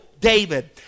David